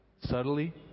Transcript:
subtly